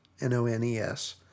N-O-N-E-S